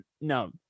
no